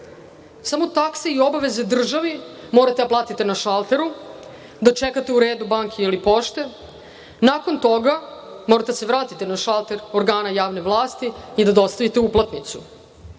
Samo takse i obaveze državi morate da platite na šalteru, da čekate u redu banke ili pošte. Nakon toga morate da se vratite na šalter organa javne vlasti i da dostavite uplatnicu.